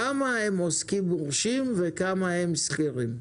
כמה עוסקים מורשים וכמה שכירים?